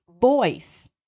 voice